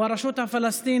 הוא הרשות הפלסטינית